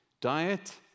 Diet